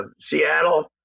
Seattle